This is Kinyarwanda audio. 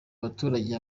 abaturage